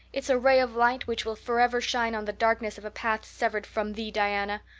it's a ray of light which will forever shine on the darkness of a path severed from thee, diana.